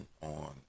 on